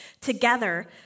together